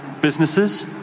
businesses